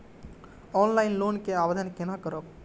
Offline loan के आवेदन केना करब?